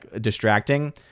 distracting